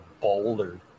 boulder